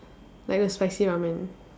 like the spicy ramen